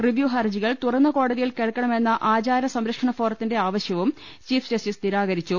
review ഹർജികൾ തുറന്ന കോടതിയിൽ കേൾക്കണ മെന്ന ആചാര സംരക്ഷണ ഫോറത്തിന്റെ ആവശ്യവും ചീഫ് ജസ്റ്റിസ് നിരാക രിച്ചു